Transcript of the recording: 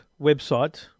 website